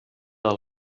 del